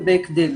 ובהקדם